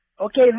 Okay